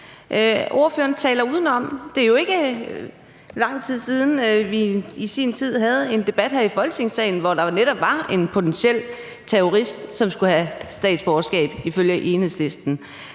Ordføreren taler udenom. Det er jo ikke lang tid siden, vi havde en debat her i Folketingssalen, hvor der jo netop var en potentiel terrorist, som skulle have statsborgerskab ifølge Enhedslisten.